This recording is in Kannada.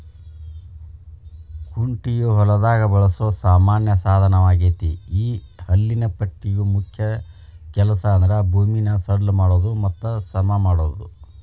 ಕುಂಟೆಯು ಹೊಲದಾಗ ಬಳಸೋ ಸಾಮಾನ್ಯ ಸಾದನವಗೇತಿ ಈ ಹಲ್ಲಿನ ಪಟ್ಟಿಯ ಮುಖ್ಯ ಕೆಲಸಂದ್ರ ಭೂಮಿನ ಸಡ್ಲ ಮಾಡೋದು ಮತ್ತ ಸಮಮಾಡೋದು